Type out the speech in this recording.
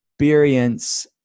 Experience